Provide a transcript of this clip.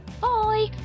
Bye